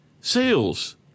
sales